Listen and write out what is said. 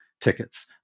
tickets